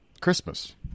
Christmas